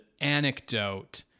anecdote